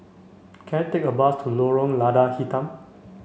can I take a bus to Lorong Lada Hitam